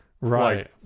right